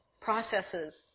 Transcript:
processes